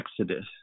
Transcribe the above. exodus